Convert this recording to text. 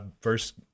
first